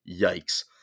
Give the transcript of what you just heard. Yikes